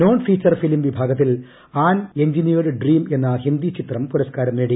non feature film വിഭാഗത്തിൽ an engineered dream എന്ന ഹിന്ദി ചിത്രം പുരസ്കാരം നേടി